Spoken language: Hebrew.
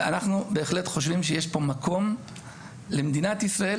אנחנו בהחלט חושבים שיש פה מקום למדינת ישראל